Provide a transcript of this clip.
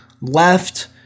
left